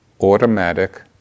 Automatic